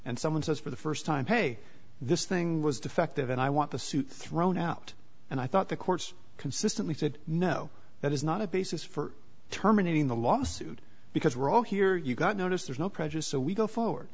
and someone says for the st time hey this thing was defective and i want the suit thrown out and i thought the courts consistently said no that is not a basis for terminating the lawsuit because we're all here you got notice there's no pressure so we go forward